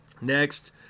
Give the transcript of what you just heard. Next